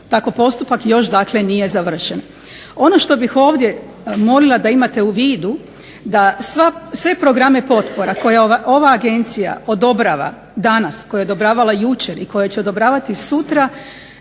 Tako postupak još dakle nije završen. Ono što bih ovdje molila da imate u vidu da sve programe potpora koje ova agencija odobrava danas, koje je odobravala jučer i koje će odobravati sutra